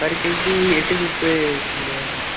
पर KG eighty रुपये किलो है मैम